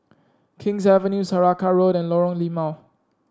King's Avenue Saraca Road and Lorong Limau